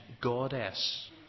goddess